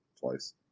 twice